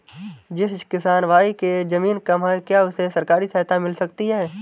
जिस किसान भाई के ज़मीन कम है क्या उसे सरकारी सहायता मिल सकती है?